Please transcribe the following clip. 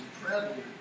prevalent